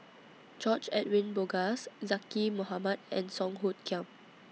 George Edwin Bogaars Zaqy Mohamad and Song Hoot Kiam